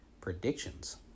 predictions